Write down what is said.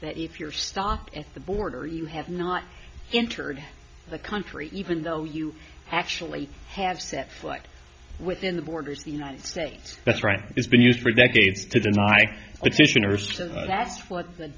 that if you're stopped at the border you have not entered the country even though you actually have set flight within the borders of the united states that's right it's been used for decades to deny its mission or so that's what the